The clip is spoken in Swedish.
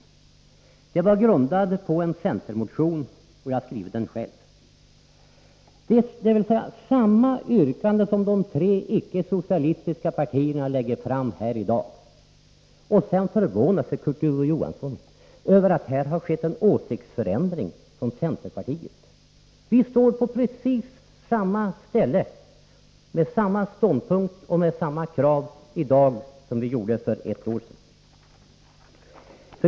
Reservationen var grundad på en centermotion, som jag själv hade väckt. Vi hade då samma yrkande som de tre icke-socialistiska partierna lägger fram här i dag. Ändå påstår Kurt Ove Johansson att det här har skett en åsiktsförändring från centerpartiets sida. Men vi står på precis samma ställe med samma krav som vi hade för ett år sedan.